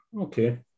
okay